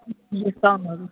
यो डिस्काउन्टहरू